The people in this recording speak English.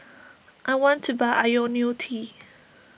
I want to buy Ionil T